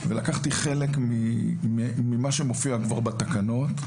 ולקחתי חלק ממה שמופיע כבר בתקנות,